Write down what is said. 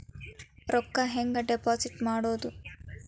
ರೊಕ್ಕ ಹೆಂಗೆ ಡಿಪಾಸಿಟ್ ಮಾಡುವುದು?